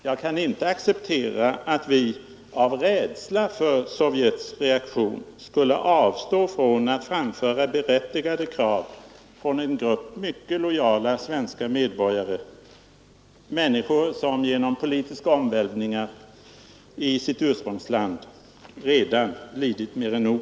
Vi kan inte acceptera att vi av rädsla för Sovjets reaktion skulle avstå från att framföra berättigade krav från en grupp mycket lojala svenska medborgare, människor som genom politiska omvälvningar i sitt ursprungsland redan har lidit mer än nog.